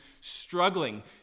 struggling